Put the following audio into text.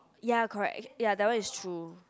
ya correct that one is true